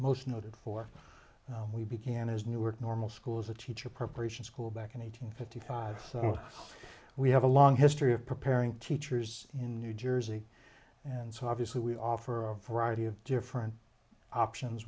most noted for we began his new work normal school as a teacher preparation school back in eight hundred fifty five we have a long history of preparing teachers in new jersey and so obviously we offer a variety of different options